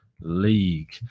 league